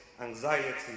anxiety